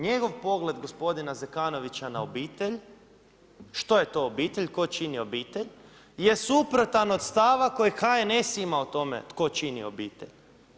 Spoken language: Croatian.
Njegov pogled gospodina Zekanovića na obitelj, što je to obitelj, tko čini obitelj je suprotan od stava koji HNS ima o tome tko čini obitelj.